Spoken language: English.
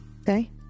Okay